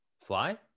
Fly